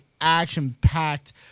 action-packed